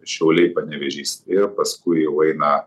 šiauliai panevėžys ir paskui jau eina